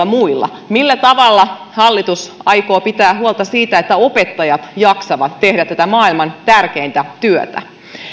muilla millä tavalla hallitus aikoo pitää huolta siitä että opettajat jaksavat tehdä tätä maailman tärkeintä työtä